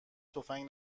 تفنگ